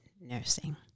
nursing